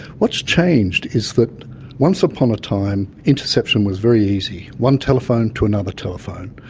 what's changed is that once upon a time, interception was very easy one telephone to another telephone.